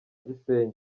gisenyi